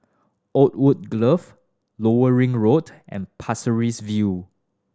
Oakwood Grove Lower Ring Road and Pasir Ris View